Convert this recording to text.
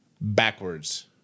backwards